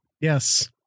yes